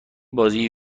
بازی